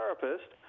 therapist